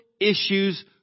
issues